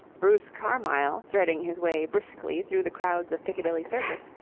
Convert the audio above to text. bruce carmyle, threading his way briskly through the crowds of piccadilly circus,